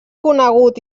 conegut